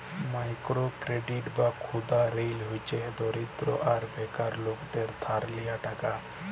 micro credit বা ক্ষুদা ঋল হছে দরিদ্র আর বেকার লকদের ধার লিয়া টাকা